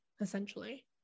essentially